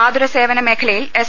ആതുരസേവന മേഖല യിൽ എസ്